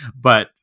But-